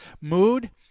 mood